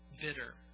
Bitter